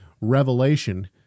revelation